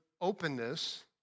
openness